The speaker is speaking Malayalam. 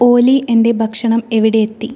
ഓലി എന്റെ ഭക്ഷണം എവിടെ എത്തി